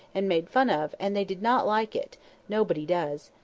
and made fun of, and they did not like it nobody does.